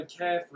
McCaffrey